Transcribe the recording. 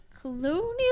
colonial